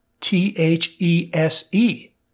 T-H-E-S-E